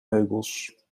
meubels